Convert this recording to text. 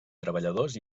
treballadors